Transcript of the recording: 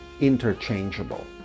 interchangeable